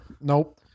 Nope